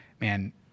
man